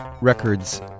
Records